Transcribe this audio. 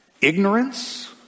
ignorance